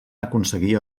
aconseguir